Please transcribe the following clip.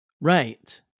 Right